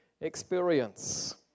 experience